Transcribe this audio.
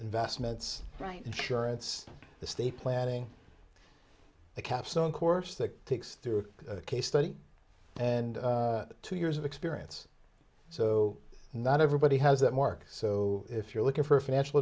investments right insurance the state planning the capstone course that takes through a case study and two years of experience so not everybody has that mark so if you're looking for a financial